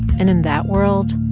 and in that world,